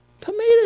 Tomatoes